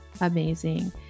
amazing